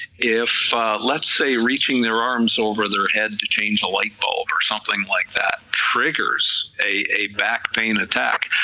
if let's say reaching their arms over their head to change a lightbulb or something like that triggers a back pain attack,